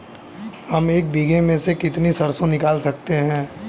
हम एक बीघे में से कितनी सरसों निकाल सकते हैं?